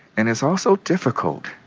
and it's also difficult.